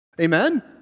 Amen